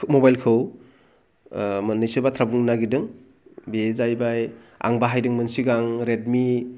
मबाइलखौ ओ मोननैसो बाथ्रा बुंनो नागेरदों बि जाहैबाय आं बाहायदोंमोन सिगां रेडमि